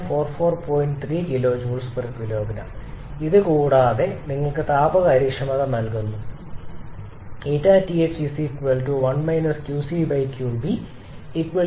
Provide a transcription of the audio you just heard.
3 𝑘𝐽 𝑘𝑔 ഇത് നിങ്ങൾക്ക് താപ കാര്യക്ഷമത നൽകുന്നു 𝜂𝑡ℎ 1 𝑞𝐶 𝑞𝐵 33